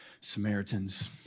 Samaritans